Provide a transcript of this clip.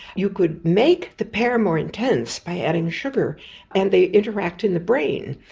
you could make the pear more intense by adding sugar and they interact in the brain.